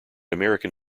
american